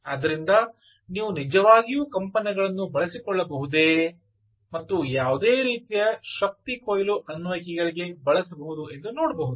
ಆದ್ದರಿಂದ ನೀವು ನಿಜವಾಗಿಯೂ ಕಂಪನಗಳನ್ನು ಬಳಸಿಕೊಳ್ಳಬಹುದೇ ಮತ್ತು ಯಾವುದೇ ರೀತಿಯ ಶಕ್ತಿ ಕೊಯ್ಲು ಅನ್ವಯಿಕೆಗಳಿಗೆ ಬಳಸಬಹುದು ಎಂದು ನೋಡಬಹುದು